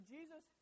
Jesus